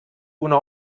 una